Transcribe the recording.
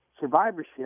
survivorship